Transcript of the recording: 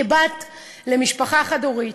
כבת למשפחה חד-הורית,